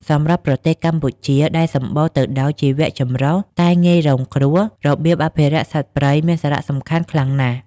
សម្រាប់ប្រទេសកម្ពុជា ដែលសម្បូរទៅដោយជីវចម្រុះតែងាយរងគ្រោះ របៀងអភិរក្សសត្វព្រៃមានសារៈសំខាន់ខ្លាំងណាស់។